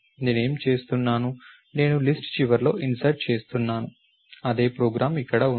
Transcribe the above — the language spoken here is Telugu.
నేను ఏమి చేస్తున్నాను నేను లిస్ట్ చివరలో ఇన్సర్ట్ చేస్తున్నాను అదే ప్రోగ్రామ్ ఇక్కడ ఉంది